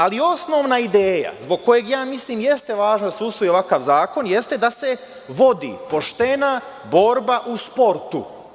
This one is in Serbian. Ali, osnovna ideja zbog koje mislim da jeste važno da se usvoji ovakav zakon jeste da se vodi poštena borba u sportu.